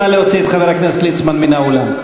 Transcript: נא להוציא את חבר הכנסת ליצמן מהאולם.